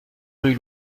rue